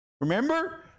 remember